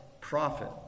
prophet